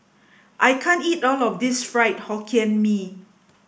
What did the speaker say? I can't eat all of this Fried Hokkien Mee